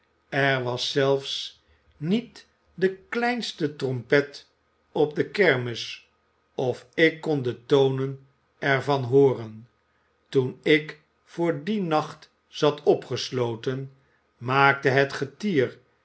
er was zelfs niet de kleinste trompet op de kermis of ik kon de tonen er van hooren toen ik voor dien nacht zat opgesloten maakte het